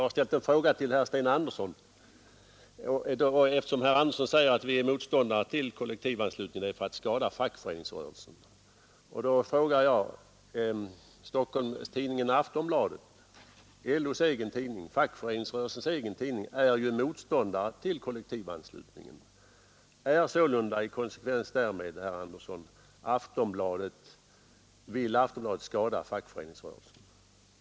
Herr Sten Andersson anser ju att vi är motståndare till kollektivanslutningen därför att vi vill komma åt fackföreningsrörelsen. Aftonbladet, fackföreningsrörelsens egen tidning, är också motståndare till kollektivanslutningen, Vill sålunda, i konsekvens med vad herr Andersson anser om oss, Aftonbladet skada fackföreningsrörelsen?